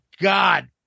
God